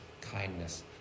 kindness